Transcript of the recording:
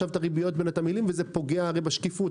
הריביות בין התמהילים וזה פוגע בשקיפות.